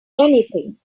anything